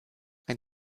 ein